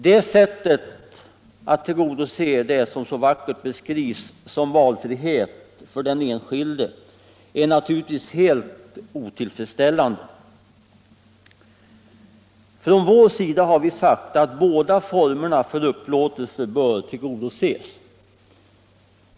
Det sättet att tillgodose vad som så vackert beskrivs som valfrihet för den enskilde är naturligtvis helt otillfredsställande. Från vår sida har vi sagt att båda formerna för upplåtelse bör tillgodoses.